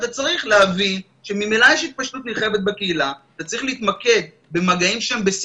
אתה צריך להבין שממילא יש התפשטות נרחבת בקהילה וצריך להתמקד במגעים שם,